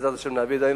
ובעזרת השם נעביר אותם.